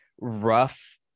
rough